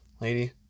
lady